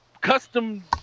custom